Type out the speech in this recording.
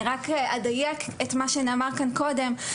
אני רק אדייק את מה שנאמר קודם.